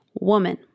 woman